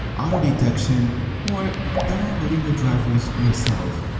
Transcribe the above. auto-detection or downloading the drivers yourself.